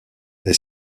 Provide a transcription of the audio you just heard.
est